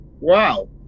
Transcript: wow